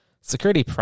security